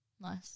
nice